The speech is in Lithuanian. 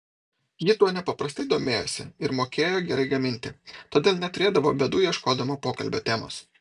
ji tuo nepaprastai domėjosi ir mokėjo gerai gaminti todėl neturėdavo bėdų ieškodama pokalbio temos